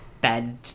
bed